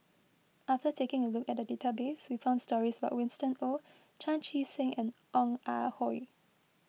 after taking a look at the database we found stories about Winston Oh Chan Chee Seng and Ong Ah Hoi